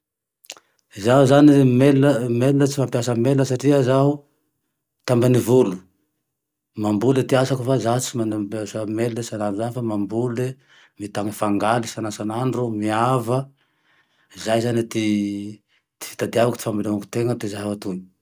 Zaho zane mail, tsy mampiasa mail satria zaho tambanivolo, mamboly ty asako fa za tsy manao ampiasa mail salan'izany fa mambole mitany fangaly isan'andro isan'andro, miava, izay zane ty fitadiavako, ty famelomako tena